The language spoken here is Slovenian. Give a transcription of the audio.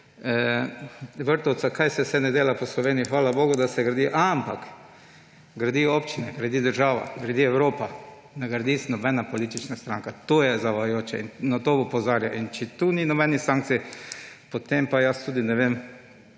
Vrtovca prej, kaj vse se dela po Sloveniji, hvala bogu, da se gradi. Ampak gradijo občine, gradi država, gradi Evropa, ne gradi nobena politična stranka. To je zavajajoče in na to opozarjam. In če tu ni nobenih sankcij, potem pa jaz tudi ne vem,